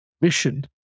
mission